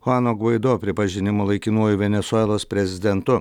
chuano gvaido pripažinimo laikinuoju venesuelos prezidentu